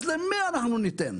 אז למי אנחנו ניתן?